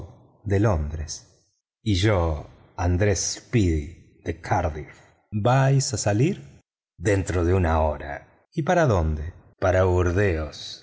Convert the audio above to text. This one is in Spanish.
de londres y yo andrés speedy de cardiff vais a salir dentro de una hora y para dónde para burdeos